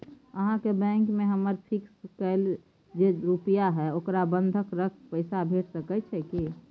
अहाँके बैंक में हमर फिक्स कैल जे रुपिया हय ओकरा बंधक रख पैसा भेट सकै छै कि?